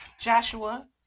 Joshua